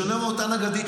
בשונה מאותה נגדת,